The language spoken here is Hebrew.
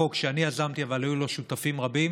בחוק שאני יזמתי, אבל היו לו שותפים רבים,